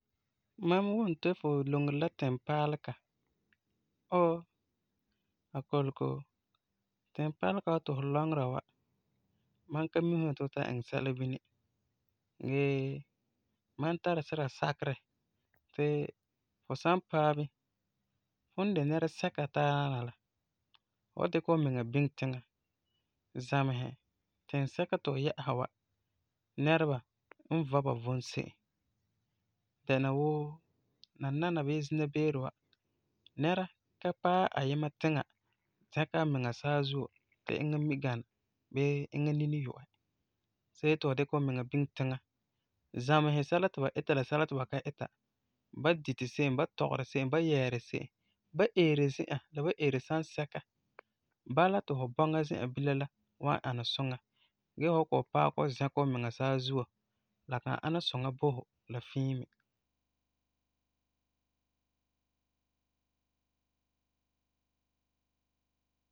Mam wum ti fu loŋeri la timpaalega. Oo Akolego, timpaalega wa ti fu lɔŋera wa, mam ka mi dum yeti fu ka iŋɛ sɛla bini, gee mam tari sira sakirɛ ti fu san paɛ bini, fum n de nɛresɛka tarana la, fu wan dikɛ fumiŋa biŋe tiŋa, zamesɛ tinsɛka ti fu yɛ'ɛsa wa nɛreba n vɔ ba vom se'em, dɛna wuu, nanana bii zina beere wa, nɛra ka paɛ ayima tiŋa, sɛkɛ amiŋa saazuo, ti eŋa mi gana, bii eŋa nini n yu'ɛ. See ti fu dikɛ fumiŋa biŋe tiŋa, zamesɛ sɛla ti ba ita la sɛla ti ba ka ita, ba diti se'em, ba tɔgeri se'em, ba yɛɛri se'em. Ba eeri zi'an la ba eeri san sɛka. Bala ti fu bɔŋa zi'an bilam la wan ana suŋa. Gee fu wan kɔ'ɔm paɛ kɔ'ɔm zɛkɛ fumiŋa saazuo, la kan ana suŋa bo fu la fii me.